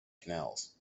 canals